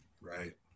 Right